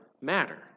matter